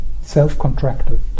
self-contracted